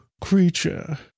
creature